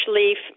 leaf